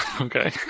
Okay